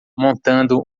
montando